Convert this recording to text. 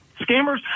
scammers